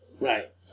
Right